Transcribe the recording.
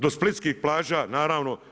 Do splitskih plaža, naravno.